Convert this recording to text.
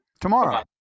Tomorrow